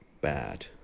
bad